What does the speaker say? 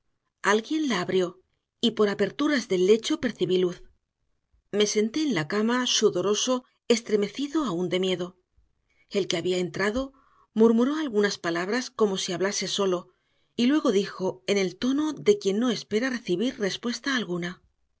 alguien la abrió y por aperturas del lecho percibí luz me senté en la cama sudoroso estremecido aún de miedo el que había entrado murmuró algunas palabras como si hablase solo y luego dijo en el tono de quien no espera recibir respuesta alguna